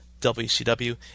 WCW